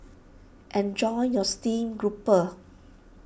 enjoy your Steamed Grouper